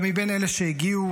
גם מאלה שהגיעו,